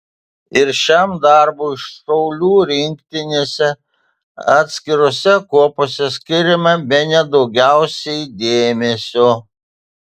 ir šiam darbui šaulių rinktinėse atskirose kuopose skiriama bene daugiausiai dėmesio